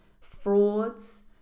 frauds